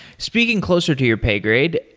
speaking closer to your pay grade,